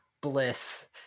bliss